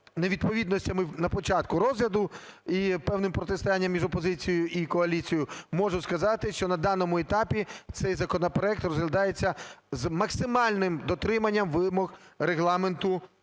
невідповідностями на початку розгляду і певним протистоянням між опозицією і коаліцією можу сказати, що на даному етапі цей законопроект розглядається з максимальним дотримання вимог Регламенту